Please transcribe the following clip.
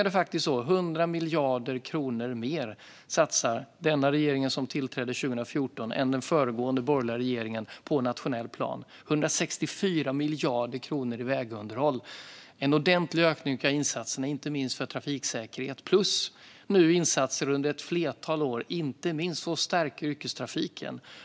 Den här regeringen satsar 100 miljarder kronor mer än den föregående borgerliga regeringen. Det handlar om 164 miljarder kronor i vägunderhåll och en ordentlig ökning av insatserna för inte minst trafiksäkerheten och för att stärka yrkestrafiken.